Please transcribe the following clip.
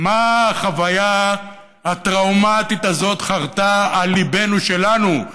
מה החוויה הטראומטית הזאת חרתה על ליבנו שלנו,